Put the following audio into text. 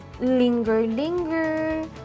linger-linger